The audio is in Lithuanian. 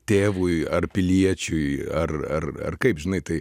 tėvui ar piliečiui ar ar ar kaip žinai tai